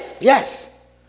Yes